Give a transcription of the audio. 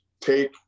take